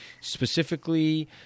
specifically